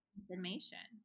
Information